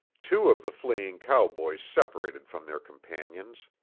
two of the fleeing cowboys separated from their companions.